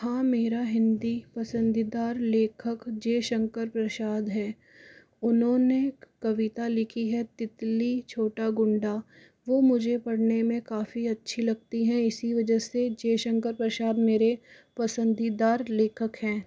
हाँ मेरा हिंदी पसंदीदा लेखक जयशंकर प्रसाद है उन्होंने कविता लिखी है तितली छोटा गुंडा वह मुझे पढ़ने में काफ़ी अच्छी लगती है इसी वजह से जयशंकर प्रसाद मेरे पसंदीदा लेखक हैं